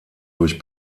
durch